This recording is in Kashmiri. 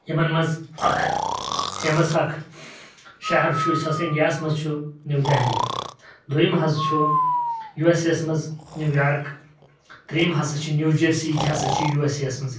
یِمن منٛز اکھ فیمَس اکھ شہر چھُ یُس ہسا انٛڈیا ہس منٛز چھُ نیٚو دہلی دویِم حظ چھُ یو ایس اے یس منٛز نیوٗ یارٕک ترٛیم ہسا چھُ نیوٗ جٔرسی یہِ تہِ ہسا چھُ یوٗ ایس اے ہَس منٛزٕے